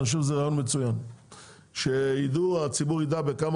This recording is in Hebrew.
אני חושב שזה רעיון מצוין שהציבור ידע בכמה